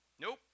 Nope